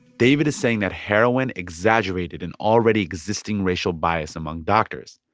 david is saying that heroin exaggerated an already-existing racial bias among doctors.